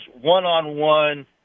one-on-one